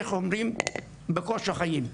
איך אומרים, בקושי חיים,